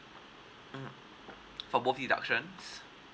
mm for both deductions